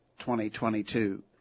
2022